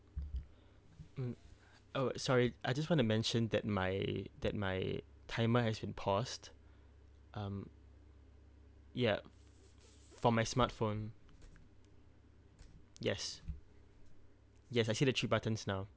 mm oh sorry I just want to mention that my that my timer has been paused um ya for my smartphone yes yes I see the three buttons now